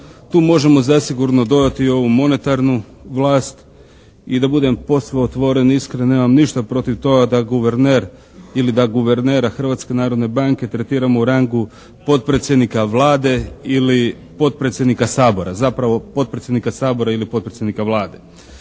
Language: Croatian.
Tu možemo zasigurno dodati i ovu monetarnu vlast i da budem posve otvoren i iskren, nemam ništa protiv toga da guverner ili da guvernera Hrvatske narodne banke tretiramo u rangu potpredsjednika Vlade ili potpredsjednika Sabora. Zapravo, potpredsjednika Sabora ili potpredsjednika Vlade.